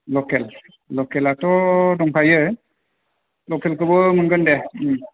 लखेल लखेलाथ' दंखायो लखेलखौबो मोनगोन दे